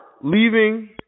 leaving